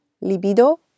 Libido